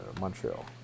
Montreal